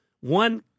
One